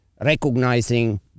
recognizing